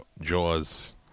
Jaws